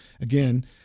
again